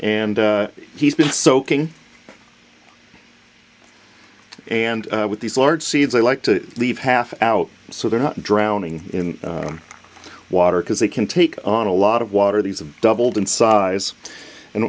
and he's been soaking and with these large seeds i like to leave half out so they're not drowning in water because they can take on a lot of water these are doubled in size and